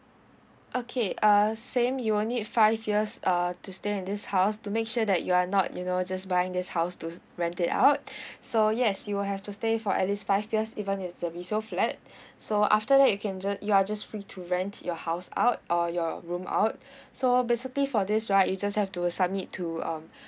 okay err same you will need five years uh to stay in this house to make sure that you are not you know just buying this house to rent it out so yes you will have to stay for at least five years even it's a resale flat so after that you can just you are just free to rent your house out or your room out so basically for this right you just have to submit to um